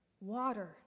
water